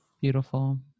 Beautiful